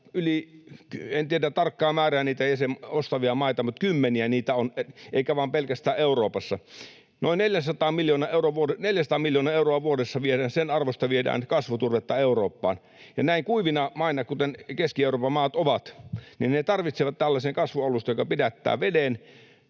En tiedä tarkkaa määrää niitä ostavia maita, mutta kymmeniä niitä on eikä pelkästään Euroopassa. Noin 400 miljoonan euron arvosta vuodessa viedään kasvuturvetta Eurooppaan, ja kuivina maina, kuten Keski-Euroopan maat ovat, ne tarvitsevat tällaisen kasvualustan, joka pidättää veden,